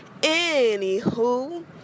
Anywho